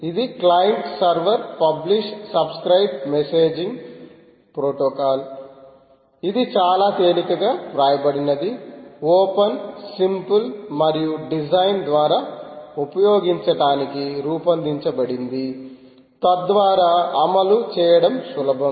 ఇది client server publish subscribe messaging protocol ఇది చాలా తేలికగా వ్రాయబడినది ఓపెన్ సింపుల్ మరియు డిజైన్ ద్వారా ఉపయోగించటానికి రూపొందించబడింది తద్వారా అమలు చేయడం సులభం